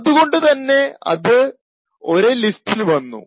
അതുകൊണ്ട് തന്നെ അത് ഒരേ ലിസ്റ്റിൽ വന്നു